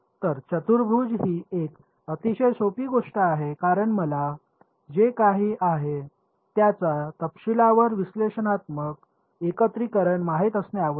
तर चतुर्भुज ही एक अतिशय सोपी गोष्ट आहे कारण मला जे काही आहे त्याचा तपशीलवार विश्लेषणात्मक एकत्रीकरण माहित असणे आवश्यक नाही